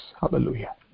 hallelujah